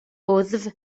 wddf